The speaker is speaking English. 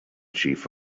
chief